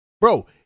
Bro